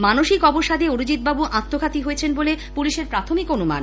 মানসিক অবসাদে অরিজিৎবাবু আত্মঘাতী হন বলে পুলিশের প্রাথমিক অনুমান